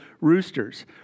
roosters